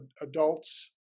adults